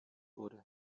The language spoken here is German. wurde